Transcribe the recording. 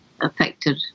affected